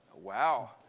Wow